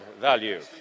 value